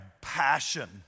passion